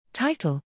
Title